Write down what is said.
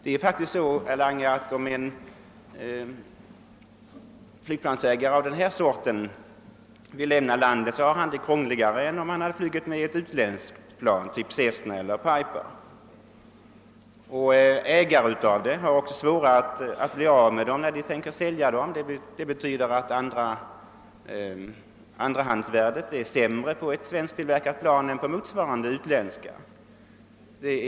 Det är faktiskt så, herr Lange, att det för en ägare av ett flygplan av denna typ är krångligare att lämna landet med sitt flygplan än om han hade ägt ett utländskt plan, t.ex. av typen Cessna eller Piper. En ägare av ett flygplan av den typ det här är fråga om har också svårigheter att bli av med det när det blir aktuellt att sälja det. Detta betyder att andrahandsvärdet på det svensktillverkade planet blir lägre än för motsvarande utländska plan.